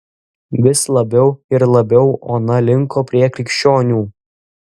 vis labiau ir labiau ona linko prie krikščionių